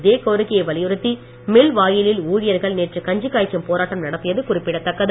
இதே கோரிக்கையை வலியுறுத்தி மில் வாயிலில் ஊழியர்கள் நேற்று கஞ்சி காய்ச்சும் போராட்டம் நடத்தியது குறிப்பிடத்தக்கது